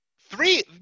three